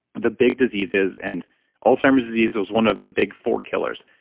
the big diseases, and alzheimer's disease is one of the big four killers.